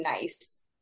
nice